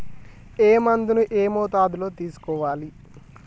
ఏ మందును ఏ మోతాదులో తీసుకోవాలి?